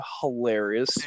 hilarious